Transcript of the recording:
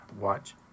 watch